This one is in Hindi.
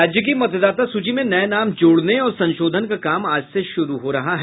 राज्य की मतदाता सूची में नये नाम जोड़ने और संशोधन का काम आज से शुरू हो रहा है